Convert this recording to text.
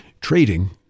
Trading